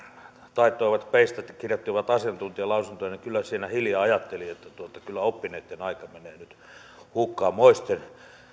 taittoivat peistä ja kirjoittivat asiantuntijalausuntoja kyllä siinä hiljaa ajattelin että kyllä oppineitten aika menee nyt hukkaan moisten